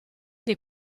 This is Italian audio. dei